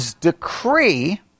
decree